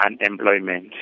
unemployment